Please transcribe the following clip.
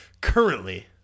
Currently